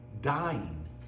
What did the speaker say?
dying